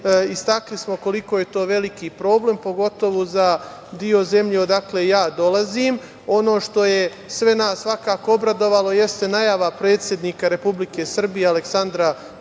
Istakli smo koliko je to veliki problem, pogotovo za deo zemlje odakle ja dolazim. Ono što je sve nas svakako obradovalo jeste najava predsednika Republike Srbije Aleksandra Vučića